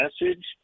message